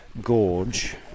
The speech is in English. Gorge